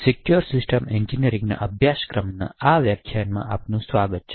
secure system ઇજનેરીના અભ્યાસક્રમમાં આ વ્યાખ્યાનમાં આપનું સ્વાગત છે